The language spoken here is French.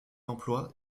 emploi